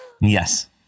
Yes